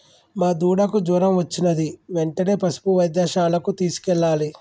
మా దూడకు జ్వరం వచ్చినది వెంటనే పసుపు వైద్యశాలకు తీసుకెళ్లాలి